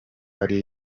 ari